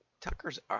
Tucker's